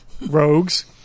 rogues